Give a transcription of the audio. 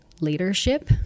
leadership